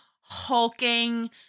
hulking